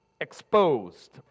exposed